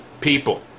people